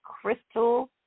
Crystal